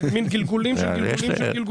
גלגולים של גלגולים של גלגולים.